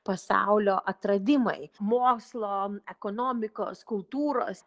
pasaulio atradimai mokslo ekonomikos kultūros